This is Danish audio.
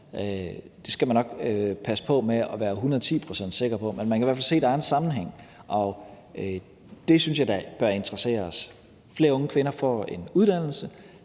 skal man nok passe på med at være hundrede og ti procent sikker på, men man kan i hvert fald se, at der er en sammenhæng, og det synes jeg da bør interessere os. Flere unge kvinder får en uddannelse,